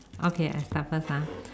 okay I start first